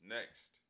Next